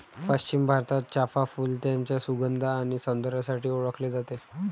पश्चिम भारतात, चाफ़ा फूल त्याच्या सुगंध आणि सौंदर्यासाठी ओळखले जाते